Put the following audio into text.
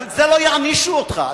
על זה לא יענישו אותך.